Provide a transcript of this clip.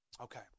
Okay